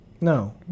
No